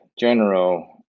general